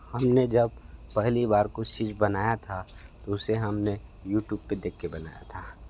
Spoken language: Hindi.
हमने जब पहली बार कुछ चीज़ बनाया था उसे हमने यूटूब में देख कर बनाया था